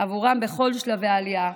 עבורם בכל שלבי העלייה,